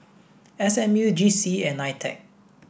S M U G C E and NITEC